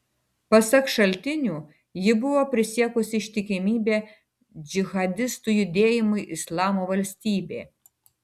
pasak šaltinių ji buvo prisiekusi ištikimybę džihadistų judėjimui islamo valstybė